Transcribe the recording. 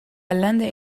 ellende